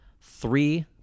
three